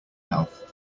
health